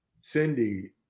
Cindy